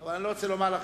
אבל אני לא רוצה לומר לך,